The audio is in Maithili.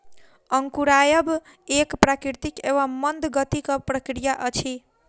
अंकुरायब एक प्राकृतिक एवं मंद गतिक प्रक्रिया अछि